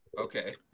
Okay